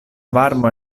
varmo